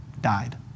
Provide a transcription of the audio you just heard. died